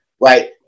right